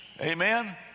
Amen